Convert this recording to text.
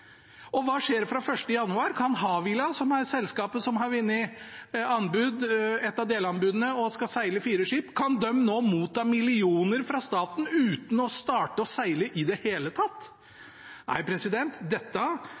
Hva skjer fra 1. januar? Kan Havila, som er selskapet som har vunnet et av delanbudene og skal seile fire skip, nå motta millioner fra staten uten å starte å seile i det hele tatt?